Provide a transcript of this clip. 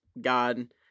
God